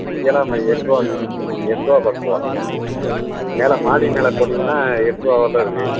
இங்கேலாம் எட்டு ரூபாங்க எட்டு ரூபா பத்து ரூபா மேலே மாடி மேலேப் போனீங்கன்னால் எட்டு ரூபா வரையிலும் இருக்குது